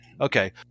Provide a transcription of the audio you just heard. Okay